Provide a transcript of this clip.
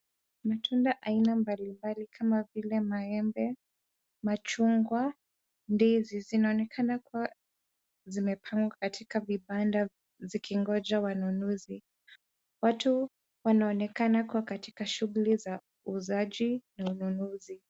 Matunda aina mbali mbali kama vile maembe, machungwa, ndizi, zinaonekana kuwa zimepangwa katika vibanda zikingoja wanunuzi. Watu wanaonekana kuwa katika shughuli za uuzaji na ununuzi.